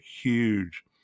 huge